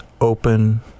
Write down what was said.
open